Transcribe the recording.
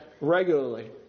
regularly